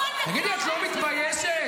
תגידי, את לא מתביישת?